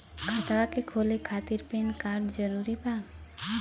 खतवा के खोले खातिर पेन कार्ड जरूरी बा?